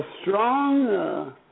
strong